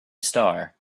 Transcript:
star